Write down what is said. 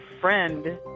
friend